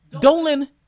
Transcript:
Dolan